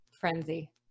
frenzy